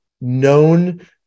known